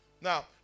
Now